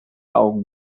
augen